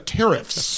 tariffs